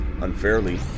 Unfairly